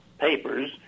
papers